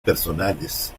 personales